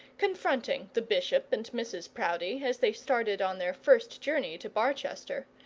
confronting the bishop and mrs proudie, as they started on their first journey to barchester,